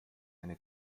eine